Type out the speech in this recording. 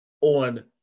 on